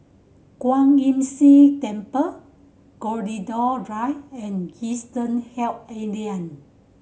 Kwan Imm See Temple Gladiola Drive and Eastern Health Alliance